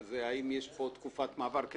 אם יש פה תקופת מעבר.